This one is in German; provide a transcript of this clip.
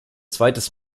zweites